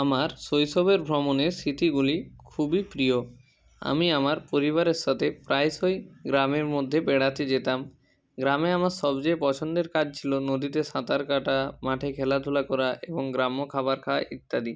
আমার শৈশবের ভ্রমণের স্মৃতিগুলি খুবই প্রিয় আমি আমার পরিবারের সাথে প্রায়শই গ্রামের মধ্যে বেড়াতে যেতাম গ্রামে আমার সবচেয়ে পছন্দের কাজ ছিলো নদীতে সাঁতার কাটা মাঠে খেলাধুলা করা এবং গ্রাম্য খাবার খাওয়া ইত্যাদি